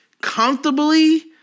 comfortably